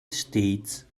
states